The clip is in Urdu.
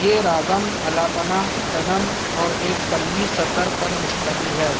یہ راگم الاپنا تنم اور ایک پلوی سطر پر مشتمل ہے